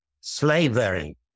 slavery